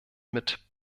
mit